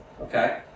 Okay